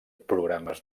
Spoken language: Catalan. programes